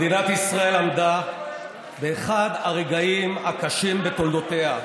מדינת ישראל עמדה באחד הרגעים הקשים בתולדותיה.